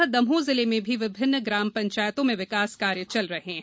इसी प्रकार दमोह जिले में भी विभिन्न ग्राम पंचायतों में विकास कार्य चल रहे हैं